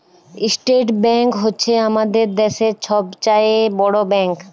state bank হছে আমাদের দ্যাশের ছব চাঁয়ে বড় ব্যাংক